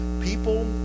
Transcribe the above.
People